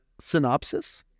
synopsis